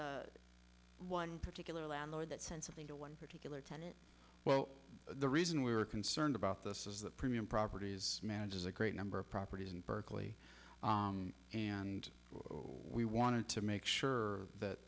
is one particular landlord that sense of being to one particular tenant well the reason we were concerned about this is that premium properties manages a great number of properties in berkeley and what we wanted to make sure that